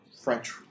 French